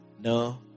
no